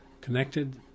connected